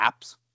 apps